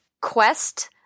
quest